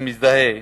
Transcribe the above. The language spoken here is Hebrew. ומזדהה,